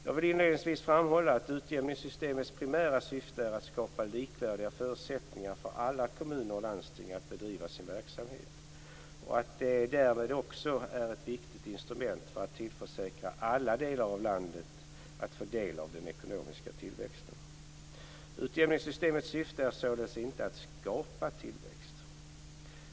Jag vill inledningsvis framhålla att utjämningssystemets primära syfte är att skapa likvärdiga förutsättningar för alla kommuner och landsting att bedriva sin verksamhet, och det är därmed också ett viktigt instrument för att tillförsäkra alla delar av landet att få del av den ekonomiska tillväxten. Utjämningssystemets syfte är således inte att skapa tillväxt.